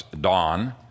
dawn